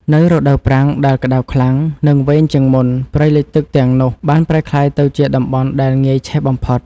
នៅរដូវប្រាំងដែលក្ដៅខ្លាំង និងវែងជាងមុន ព្រៃលិចទឹកទាំងនោះបានប្រែក្លាយទៅជាតំបន់ដែលងាយឆេះបំផុត។